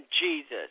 Jesus